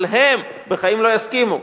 אבל הם בחיים לא יסכימו.